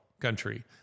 country